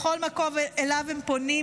בכל מקום שאליו הם פונים,